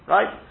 Right